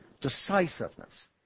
decisiveness